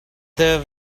there